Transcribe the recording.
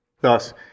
Thus